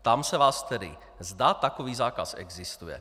Ptám se vás tedy, zda takový zákaz existuje.